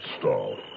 stall